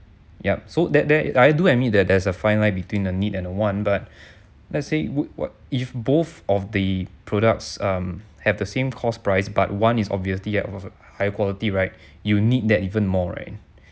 yup so that there I do admit that there's a fine line between a need and a want but let's say what if both of the products um have the same cost price but want is obviously out of a high quality right you need that even more right